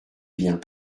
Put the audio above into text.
bien